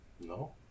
No